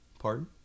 Pardon